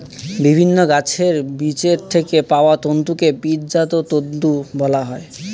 বিভিন্ন গাছের বীজের থেকে পাওয়া তন্তুকে বীজজাত তন্তু বলা হয়